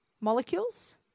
molecules